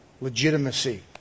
legitimacy